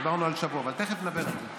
דיברנו על שבוע, אבל תכף נדבר על זה.